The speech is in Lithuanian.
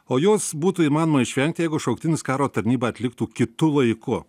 o jos būtų įmanoma išvengt jeigu šauktinis karo tarnybą atliktų kitu laiku